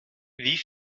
wie